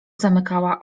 zamykała